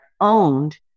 owned